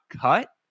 cut